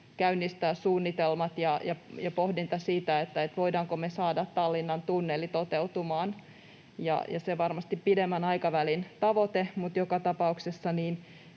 käynnistää suunnitelmat ja pohdinta siitä, voidaanko me saada Tallinnan tunneli toteutumaan, ja se on varmasti pidemmän aikavälin tavoite. Mutta joka tapauksessa